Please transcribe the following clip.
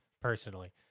personally